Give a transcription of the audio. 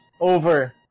over